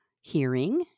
hearing